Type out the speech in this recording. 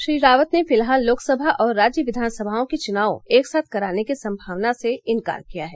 श्री रावत ने फिलहाल लोकसभा और राज्य कियानसभाओं के चुनाव एकसाथ कराने की संभावना से इंकार किया है